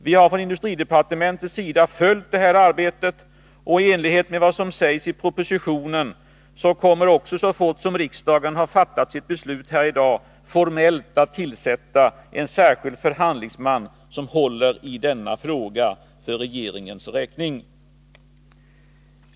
Vi har från industridepartementets sida följt det här arbetet, och i enlighet med vad som sägs i propositionen kommer vi formellt, så fort riksdagen har fattat sitt beslut här i dag, att tillsätta en särskild förhandlingsman som håller i denna fråga för regeringens räkning.